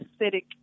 acidic